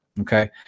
Okay